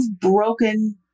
broken